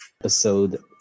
episode